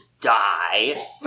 die